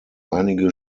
einige